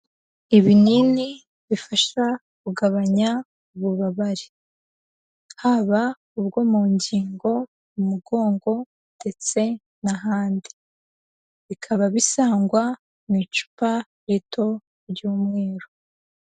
Ibinini bifasha kugabanya ububabare, haba ubwo mu ngingo, mu mugongo, ndetse n'ahandi, bikaba bisangwa mu icupa rito ry'umweru.